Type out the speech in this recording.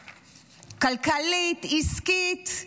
כלכלית, עסקית,